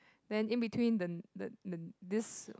then in between the the the this